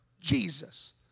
Jesus